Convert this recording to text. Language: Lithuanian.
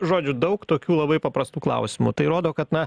žodžių daug tokių labai paprastų klausimų tai rodo kad na